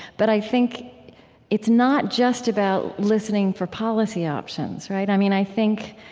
but i think it's not just about listening for policy options, right? i mean, i think